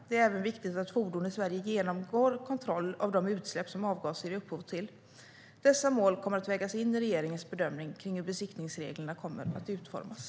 Det är även viktigt att fordon i Sverige genomgår kontroll av de utsläpp som avgaser ger upphov till. Dessa mål kommer att vägas in i regeringens bedömning av hur besiktningsreglerna kommer att utformas.